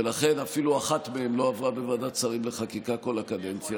ולכן אפילו אחת מהן לא עברה בוועדת שרים לחקיקה כל הקדנציה.